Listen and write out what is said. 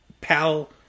Pal